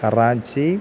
Karachi